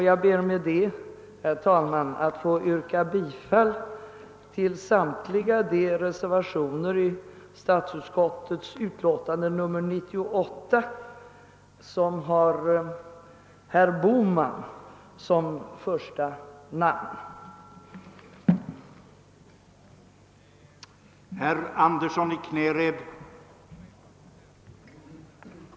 Jag ber att få yrka bifall till samtliga de reservationer i statsutskottets utlåtande nr 98 som har herr Bohman som första namn, d. v. s. reservationerna 1, 2 b, 3, 4 och 6.